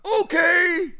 Okay